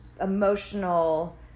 emotional